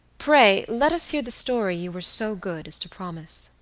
pray let us hear the story you were so good as to promise.